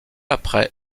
après